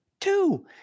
Two